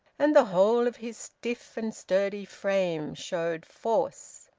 and the whole of his stiff and sturdy frame showed force.